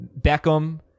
Beckham